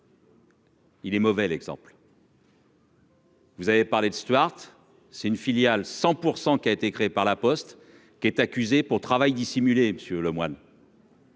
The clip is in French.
Il est mauvais, l'exemple. Vous avez parlé de Stuart c'est une filiale 100 % qui a été crée par la Poste, qui est accusé pour travail dissimulé, Monsieur Lemoine.